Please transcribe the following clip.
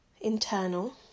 internal